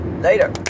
Later